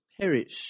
perish